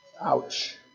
Ouch